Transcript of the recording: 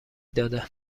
داده